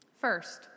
First